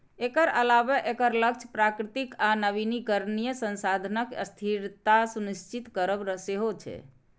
एकर अलावे एकर लक्ष्य प्राकृतिक आ नवीकरणीय संसाधनक स्थिरता सुनिश्चित करब सेहो छै